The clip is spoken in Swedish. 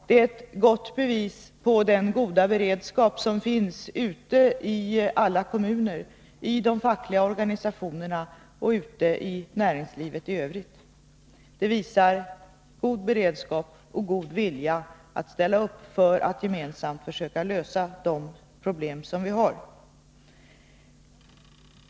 Det är ett bra bevis på den goda beredskap som finns i alla kommuner, i de fackliga organisationerna och i näringslivet. Det visar god beredskap och god vilja att ställa upp för att gemensamt försöka lösa de problem som vi har.